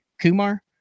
Kumar